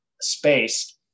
space